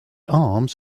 arms